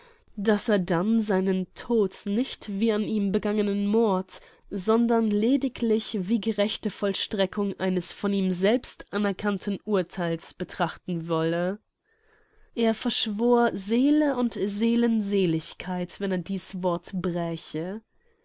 daß er dann seinen tod nicht wie an ihm begangenen mord sondern lediglich wie gerechte vollstreckung eines von ihm selbst anerkannten urtheils betrachten wolle er verschwor seele und seelenseligkeit wenn er dieß wort bräche